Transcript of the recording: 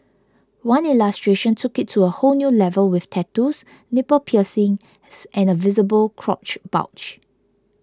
one illustration took it to a whole new level with tattoos nipple piercings and a visible crotch bulge